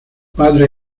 padre